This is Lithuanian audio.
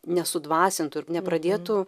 nesudvasintų ir nepradėtų